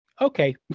okay